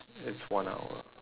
it's one hour